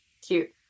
Cute